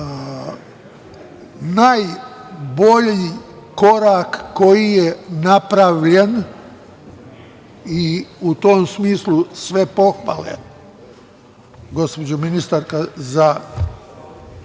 najbolji korak koji je napravljen. U tom smislu sve pohvale, gospođo ministarka, za